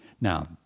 Now